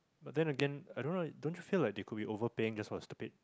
but then Again I don't know don't feel like did could we overpaint just was stupid